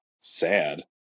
sad